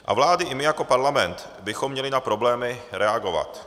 A vlády i my jako parlament bychom měli na problémy reagovat.